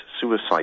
suicide